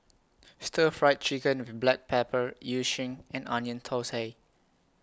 Stir Fried Chicken with Black Pepper Yu Sheng and Onion Thosai